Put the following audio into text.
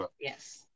Yes